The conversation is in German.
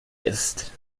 ist